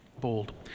bold